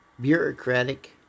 bureaucratic